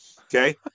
Okay